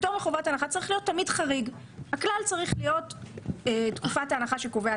היועץ שר המשפטים, בעקבות הדברים קודם.